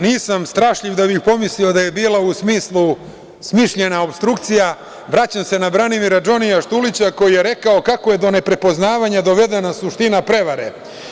Nisam strašljiv da bih pomislio da je bila u smislu smišljena opostrukcija, vraćam se na Branimira DŽoni Štulića, koji je rekao kako je do neprepoznavanja dovedena suština prevare.